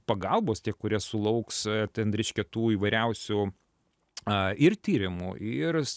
pagalbos tie kurie sulauks ten reiškia tų įvairiausių a ir tyrimų ir